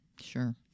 Sure